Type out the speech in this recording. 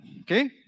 Okay